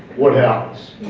what happens?